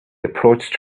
approached